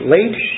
Late